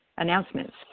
Announcements